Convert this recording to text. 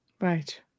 Right